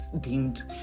deemed